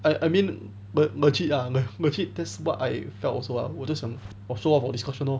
I I mean legit ah le~ legit that's what I felt also lah 我在想我做完我的 discussion lor